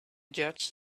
judge